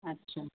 अच्छा